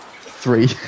Three